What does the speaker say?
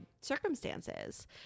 circumstances